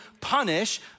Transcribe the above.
punish